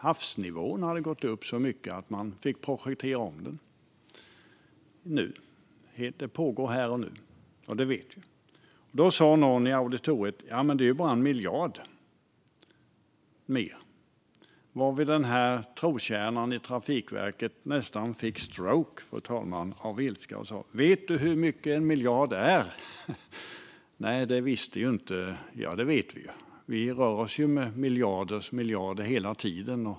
Havsnivån hade stigit så mycket att man fick projektera om tunneln. Detta pågår här och nu; det vet vi. Någon i auditoriet sa: Men det är ju bara 1 miljard mer. Då fick trotjänaren vid Trafikverket nästan stroke av ilska, fru talman. Han sa: Vet du hur mycket 1 miljard är? Ja, det vet vi ju. Vi rör oss med miljarders miljarder hela tiden.